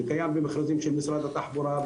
זה קיים במכרזים של משרד התחבורה,